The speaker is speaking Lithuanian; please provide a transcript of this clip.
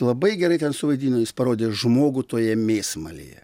labai gerai ten suvaidino jis parodė žmogų toje mėsmalėje